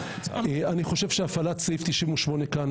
אני חושב שהפעלת סעיף 98 כאן,